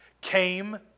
came